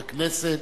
הכנסת,